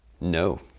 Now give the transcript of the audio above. No